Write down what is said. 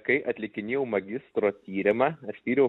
kai atlikinėjau magistro tyrimą aš tyriau